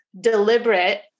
deliberate